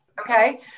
okay